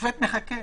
השופט מחכה.